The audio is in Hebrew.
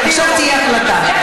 עכשיו תהיה החלטה.